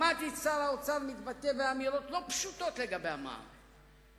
שמעתי את שר האוצר מתבטא באמירות לא פשוטות לגבי המע"מ,